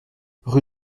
rue